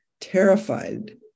terrified